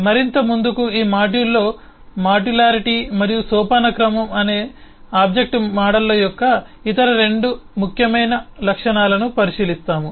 మరింత ముందుకు ఈ మాడ్యూల్లో మాడ్యులారిటీ మరియు సోపానక్రమం అనే ఆబ్జెక్ట్ మోడళ్ల యొక్క ఇతర 2 ముఖ్యమైన లక్షణాలను పరిశీలిస్తాము